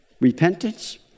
repentance